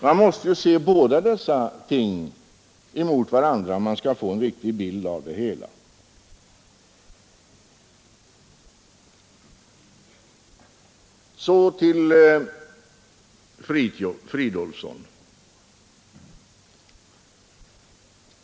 Man måste se dessa båda ting i förhållande till varandra, om man skall få en riktig bild av det hela. Så till herr Fridolfsson.